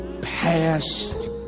past